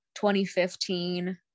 2015